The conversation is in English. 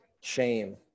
shame